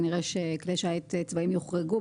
כנראה שכלי שיט צבאיים יוחרגו.